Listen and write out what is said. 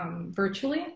virtually